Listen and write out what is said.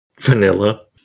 vanilla